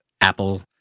apple